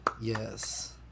Yes